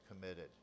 committed